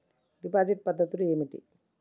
Deposit పద్ధతులు ఏమిటి?